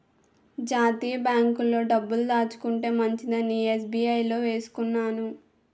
జాతీయ బాంకుల్లో డబ్బులు దాచుకుంటే మంచిదని ఎస్.బి.ఐ లో వేసుకున్నాను